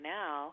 now